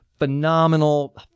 phenomenal